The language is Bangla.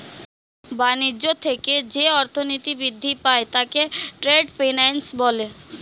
বাণিজ্য থেকে যে অর্থনীতি বৃদ্ধি পায় তাকে ট্রেড ফিন্যান্স বলে